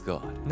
God